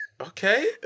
okay